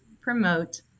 promote